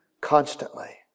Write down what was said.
constantly